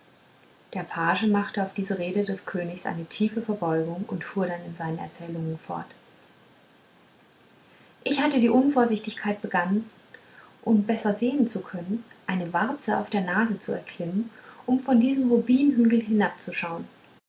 der page machte auf diese rede des königs eine tiefe verbeugung und fuhr dann in seiner erzählung fort ich hatte die unvorsichtigkeit begangen um besser sehen zu können eine warze auf der nase zu erklimmen um von diesem rubinhügel hinabzuschauen